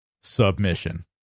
submission